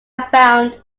found